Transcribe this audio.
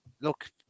Look